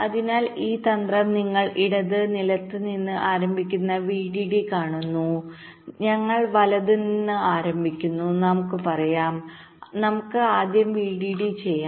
അതിനാൽ ഈ തന്ത്രം നിങ്ങൾ ഇടത് നിലത്ത് നിന്ന് ആരംഭിക്കുന്ന വിഡിഡി കാണുന്നു ഞങ്ങൾ വലത് നിന്ന് ആരംഭിക്കുന്നു നമുക്ക് പറയാം നമുക്ക് ആദ്യം VDD ചെയ്യാം